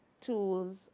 tools